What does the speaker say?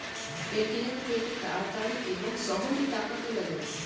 ATM থেকে তাড়াতাড়ি এবং সহজে টাকা তোলা যায়